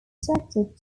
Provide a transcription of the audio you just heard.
subjected